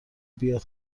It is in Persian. بیاد